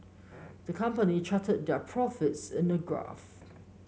the company charted their profits in a graph